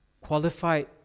qualified